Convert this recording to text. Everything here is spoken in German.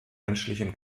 menschlichen